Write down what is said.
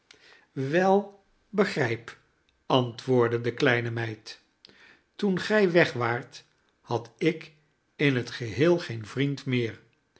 wei begrijp antwoordde de kleine meid toen gij weg waart had ik in het geheel geen vriend meer